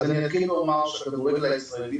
אז אני אתחיל ואומר שהכדורגל הישראלי